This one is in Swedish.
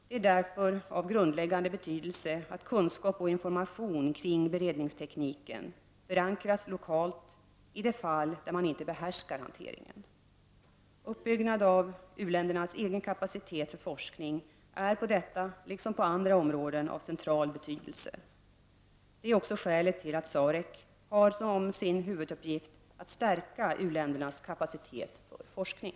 Det är därför av grundläggande betydelse att kunskap och information kring beredningstekniken förankras lokalt i de fall man inte behärskar hanteringen. Uppbyggnad av u-ländernas egen kapacitet för forskning är på detta, liksom på många andra områden, av central betydelse. Det är också skälet till att SAREC har som sin huvuduppgift att stärka u-ländernas kapacitet för forskning.